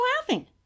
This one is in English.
laughing